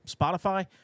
Spotify